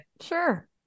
Sure